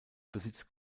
besitzt